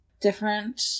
different